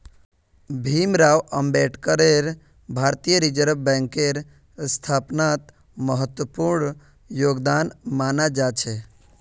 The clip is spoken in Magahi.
भीमराव अम्बेडकरेर भारतीय रिजर्ब बैंकेर स्थापनात महत्वपूर्ण योगदान माना जा छे